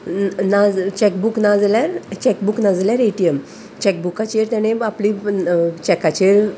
ना चॅकबूक ना जाल्यार चॅकबूक ना जाल्यार एटीएम चॅकबुकाचेर तेणे आपली चॅकाचेर